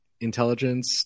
Intelligence